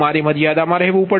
તમારે મર્યાદામાં રહેવું પડશે